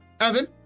evan